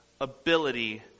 ability